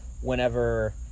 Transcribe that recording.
whenever